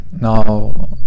now